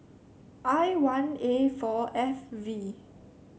I one A four F V